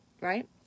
right